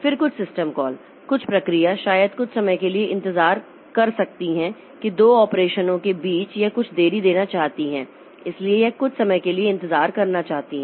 फिर कुछ system call कुछ प्रक्रिया शायद कुछ समय के लिए इंतजार करना पसंद करती है कि दो ऑपरेशनों के बीच यह कुछ देरी देना चाहती है इसलिए यह कुछ समय के लिए इंतजार करना चाहती है